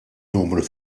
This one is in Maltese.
numru